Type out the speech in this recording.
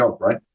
right